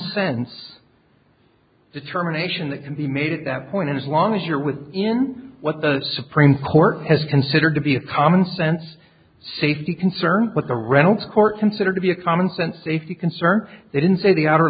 commonsense determination that can be made at that point as long as you're with him what the supreme court has considered to be a commonsense safety concern but the reynolds court considered to be a commonsense safety concern they didn't say the outer